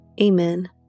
Amen